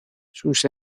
sus